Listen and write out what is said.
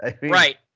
right